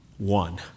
one